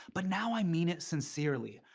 but now i mean it sincerely.